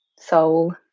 soul